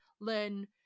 Learn